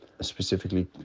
specifically